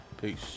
Peace